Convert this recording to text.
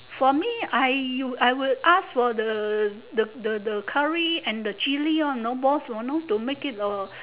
for me I you I would ask for the the the the curry and the chili orh no boss you know to make it uh